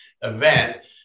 event